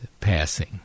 passing